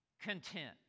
content